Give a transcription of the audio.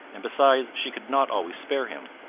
and besides she could not always spare him.